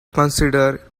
consider